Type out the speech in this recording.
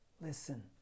Listen